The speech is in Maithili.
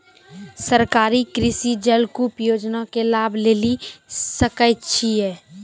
सरकारी कृषि जलकूप योजना के लाभ लेली सकै छिए?